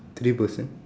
three person